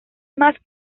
más